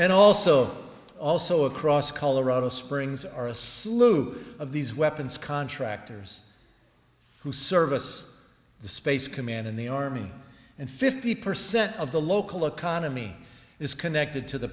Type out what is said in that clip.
and also also across colorado springs are a slew of these weapons contractors who service the space command in the army and fifty percent of the local economy is connected to the